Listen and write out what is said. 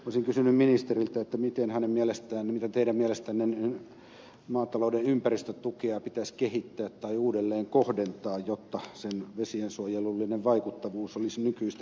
olisin kysynyt ministeriltä miten teidän mielestänne maatalouden ympäristötukea pitäisi kehittää tai uudelleenkohdentaa jotta sen vesiensuojelullinen vaikuttavuus olisi nykyistä parempi